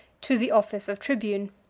to the office of tribune.